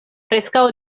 preskaŭ